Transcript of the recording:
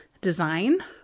design